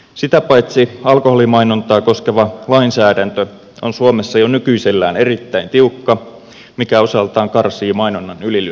sitä paitsi alkoholimainontaa koskeva lainsäädäntö on suomessa jo nykyisellään erittäin tiukka mikä osaltaan karsii mainonnan ylilyönnit